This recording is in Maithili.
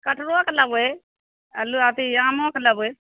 कटहरोके लेबै आ अथी आमो कऽ लेबै